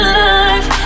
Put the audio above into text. life